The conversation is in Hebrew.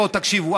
בואו תקשיבו,